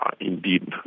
indeed